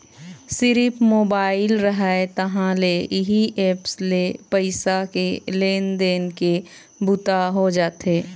सिरिफ मोबाईल रहय तहाँ ले इही ऐप्स ले पइसा के लेन देन के बूता हो जाथे